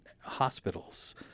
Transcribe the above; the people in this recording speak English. hospitals